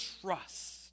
trust